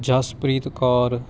Jaspreet Kaur